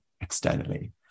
externally